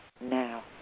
now